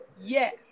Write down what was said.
yes